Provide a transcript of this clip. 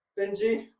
Benji